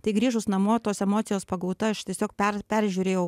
tai grįžus namo tos emocijos pagauta aš tiesiog per peržiūrėjau